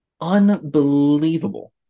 Unbelievable